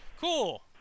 cool